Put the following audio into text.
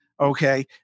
Okay